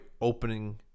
opening